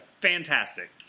fantastic